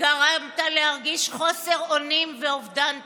גרמת להרגיש חוסר אונים ואובדן תקווה,